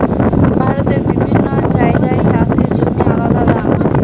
ভারতের বিভিন্ন জাগায় চাষের জমির আলদা দাম